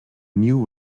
new